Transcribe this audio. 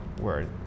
word